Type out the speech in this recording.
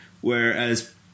whereas